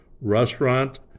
restaurant